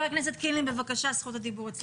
חבר הכנסת קינלי, בבקשה, זכות הדיבור שלך.